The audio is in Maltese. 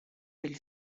mill